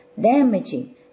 damaging